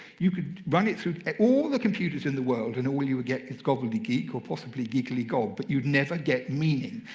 you could run it through all the computers in the world. and all you would get is gobbledygook or possibly gigglygob, but you'd never get meaning.